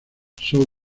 acerca